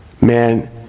Man